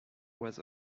was